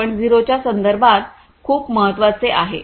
0 च्या संदर्भात खूप महत्वाचे आहे